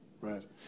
right